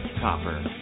Copper